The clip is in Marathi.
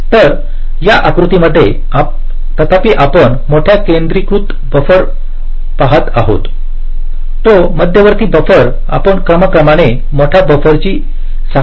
तर या आकृत्यामध्ये तथापि आपण मोठे केंद्रीकृत बफर पहात आहोत तो मध्यवर्ती बफर आपण क्रमाक्रमाने मोठ्या बफर ची साखळी म्हणून दर्शवित आहोत